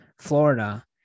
Florida